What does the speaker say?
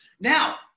Now